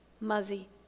Muzzy